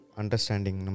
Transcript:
understanding